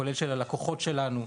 כולל של הלקוחות שלנו,